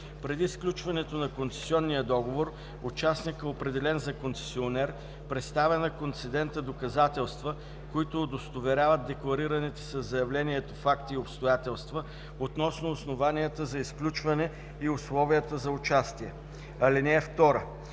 Преди сключването на концесионния договор участникът, определен за концесионер, представя на концедента доказателства, които удостоверяват декларираните със заявлението факти и обстоятелства относно основанията за изключване и условията за участие. (2) Когато